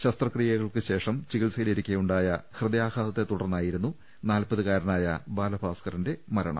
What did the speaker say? ശസ്ത്രക്രിയകൾക്ക് ശേഷം ചികി ത്സയിലിരിക്കെ ഉണ്ടായ ഹൃദയാഘാതത്തെ തുടർന്നായിരുന്നു നാൽപതു കാരനായ ബാലഭാസ്കറിന്റെ മരണം